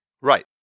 right